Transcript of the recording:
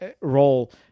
role